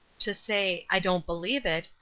to say, i don't believe it,